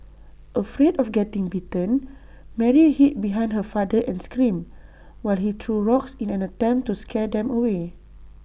afraid of getting bitten Mary hid behind her father and screamed while he threw rocks in an attempt to scare them away